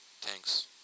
Thanks